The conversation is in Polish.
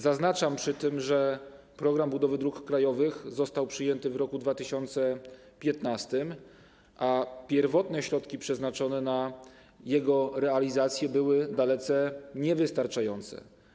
Zaznaczam przy tym, że „Program budowy dróg krajowych” został przyjęty w roku 2015, a pierwotne środki przeznaczone na jego realizację były dalece niewystarczające.